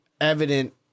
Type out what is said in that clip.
evident